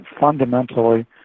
fundamentally